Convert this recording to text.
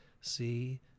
see